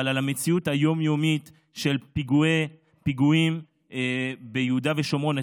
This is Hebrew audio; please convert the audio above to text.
אבל המציאות היום-יומית של פיגועים ביהודה ושומרון,